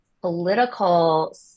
political